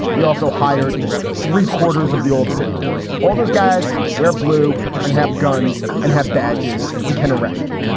they also hired three quarters of the old city police. all those guys wear blue and have guns and have badges and can arrest you.